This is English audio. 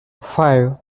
five